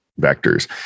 vectors